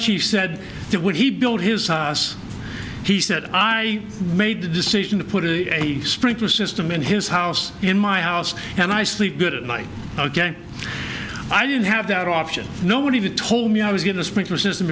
chief said that when he built his house he said i made the decision to put a sprinkler system in his house in my house and i sleep good at night ok i didn't have that option nobody told me i was going to sprinkler system